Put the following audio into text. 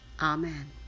Amen